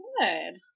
Good